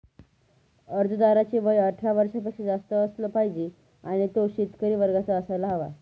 अर्जदाराचे वय अठरा वर्षापेक्षा जास्त असलं पाहिजे आणि तो शेतकरी वर्गाचा असायला हवा